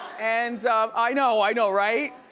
and i know, i know, right?